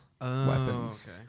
weapons